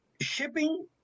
shipping